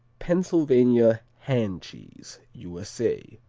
pennsylvania hand cheese u s a.